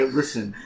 listen